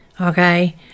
Okay